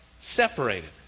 separated